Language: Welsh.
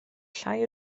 llai